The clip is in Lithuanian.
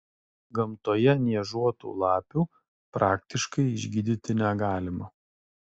gamtoje niežuotų lapių praktiškai išgydyti negalima